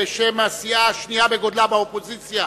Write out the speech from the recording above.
בשם הסיעה השנייה בגודלה באופוזיציה,